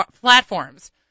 platforms